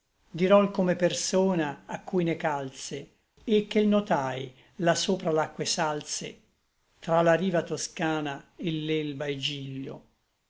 diròl come persona a cui ne calse e che l notai là sopra l'acque salse tra la riva toscana et l'elba et giglio